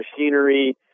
machinery